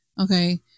Okay